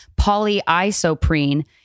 polyisoprene